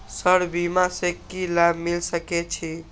Sir बीमा से की लाभ मिल सके छी?